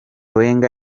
wenger